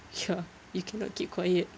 ya you cannot keep quiet